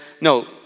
No